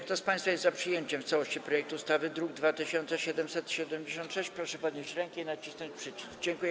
Kto z państwa jest za przyjęciem w całości projektu ustawy, druk nr 2776, proszę podnieść rękę i nacisnąć przycisk.